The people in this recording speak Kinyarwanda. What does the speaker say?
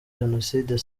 genocide